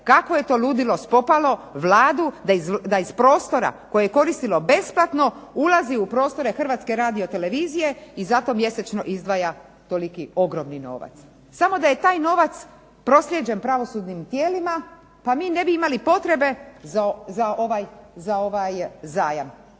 kakvo je to sludilo spopalo Vladu da iz prostora koje je koristilo besplatno ulazi u prostore Hrvatske radio-televizije i za to mjesečno izdvaja toliki ogromni novac. Samo da je taj novac proslijeđen pravosudnim tijelima pa mi ne bi imali potrebe za ovaj zajam.